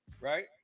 right